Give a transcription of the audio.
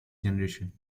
generation